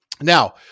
Now